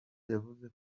yavuze